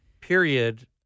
period